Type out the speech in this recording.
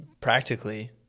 practically